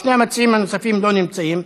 שני המציעים הנוספים לא נמצאים,